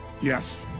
yes